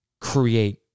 create